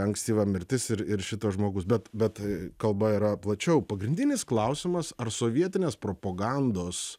ankstyva mirtis ir ir šitas žmogus bet bet kalba yra plačiau pagrindinis klausimas ar sovietinės propogandos